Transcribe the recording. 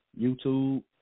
YouTube